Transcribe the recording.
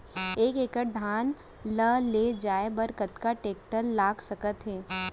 एक एकड़ धान ल ले जाये बर कतना टेकटर लाग सकत हे?